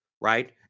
right